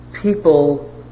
people